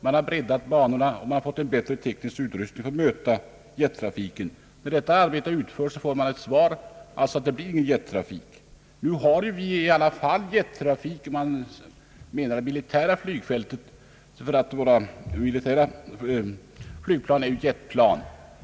Man har breddat banorna, och man har fått en bättre teknisk utrustning för att möta jettrafiken. Men när arbetet utförts får man beskedet att det inte blir någon jettrafik. Emellertid har vi ju i alla fall jettrafik på det militära flygfältet, ty militära flygplan är ju jetplan.